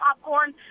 popcorn